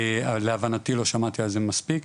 להבנתי לא שמעתי על זה מספיק,